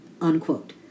unquote